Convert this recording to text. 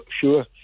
sure